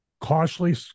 cautiously